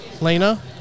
Lena